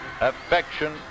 affection